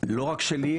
לא רק שלי,